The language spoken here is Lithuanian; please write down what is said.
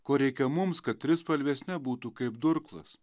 ko reikia mums kad trispalvės nebūtų kaip durklas